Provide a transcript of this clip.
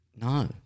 no